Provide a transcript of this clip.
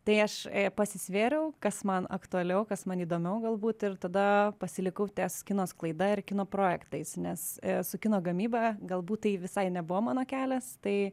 tai aš pasisvėriau kas man aktualiau kas man įdomiau galbūt ir tada pasilikau ties kino sklaida ir kino projektais nes su kino gamyba galbūt tai visai nebuvo mano kelias tai